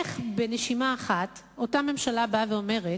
איך בנשימה אחת אותה ממשלה באה ואומרת,